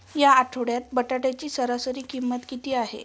या आठवड्यात बटाट्याची सरासरी किंमत किती आहे?